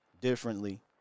differently